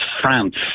France